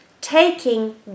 taking